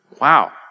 Wow